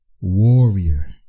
warrior